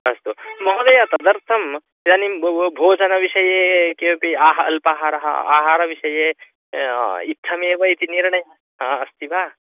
अस्तु महोदय तदर्थम् इदानीं भो भो भोजनविषये किमपि आहा अल्पाहारः आहारविषये इत्थमेव इति निर्णयः हा अस्ति वा